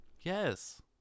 Yes